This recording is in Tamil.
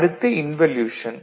அடுத்து இன்வொல்யூசன்